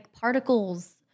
particles